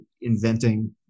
inventing